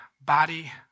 body